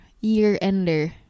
year-ender